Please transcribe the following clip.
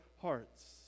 hearts